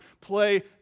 play